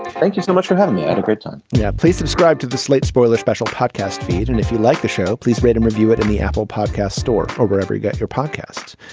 thank you so much for having me. and a great time. yeah please subscribe to the slate spoiler special podcast feed and if you like the show please read and review it in the apple podcast store or wherever you got your podcast.